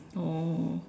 oh